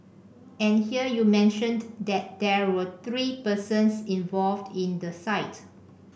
and here you mention that there were three persons involved in the site